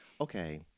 okay